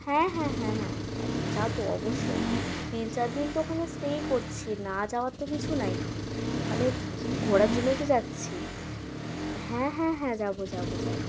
হ্যাঁ হ্যাঁ হ্যাঁ হ্যাঁ আমি যাবো অবশ্যই তিন চার দিন তো ওখানে স্টেই করছি না যাওয়ার তো কিছু নাই ওখানে ঘোরার জন্যই তো যাচ্ছি হ্যাঁ হ্যাঁ হ্যাঁ যাবো যাবো যাবো